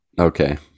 okay